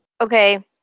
Okay